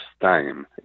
time